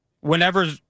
whenever